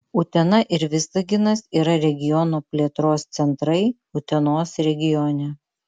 utena ir visaginas yra regiono plėtros centrai utenos regione